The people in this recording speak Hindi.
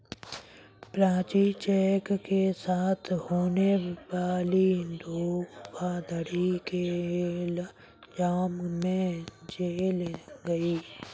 प्राची चेक के साथ होने वाली धोखाधड़ी के इल्जाम में जेल गई